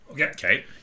Okay